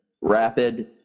rapid